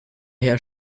her